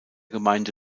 gemeinde